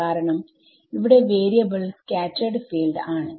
കാരണം ഇവിടെ variable scattered field ആണ്